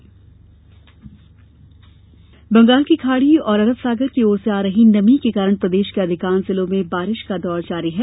मौसम बंगाल की खाड़ी और अरब सागर की ओर से आ रही नमी के कारण प्रदेश के अधिकांश जिलों में बारिश का दौर जारी है